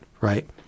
right